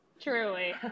Truly